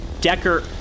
Decker